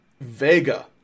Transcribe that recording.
Vega